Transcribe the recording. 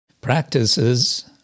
practices